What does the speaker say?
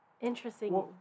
Interesting